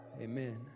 Amen